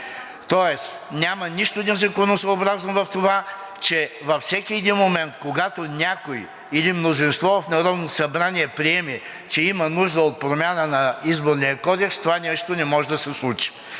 Тоест няма нищо незаконосъобразно в това, че във всеки един момент, когато някой или мнозинство в Народното събрание приеме, че има нужда от промяна на Изборния кодекс, това нещо да не може да се случи.